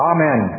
Amen